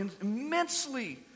immensely